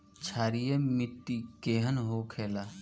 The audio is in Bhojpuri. क्षारीय मिट्टी केहन होखेला?